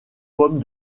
pomme